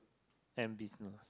and business